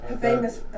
famous